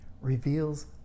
reveals